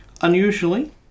Unusually